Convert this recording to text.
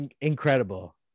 Incredible